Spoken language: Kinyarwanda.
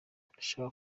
ndashaka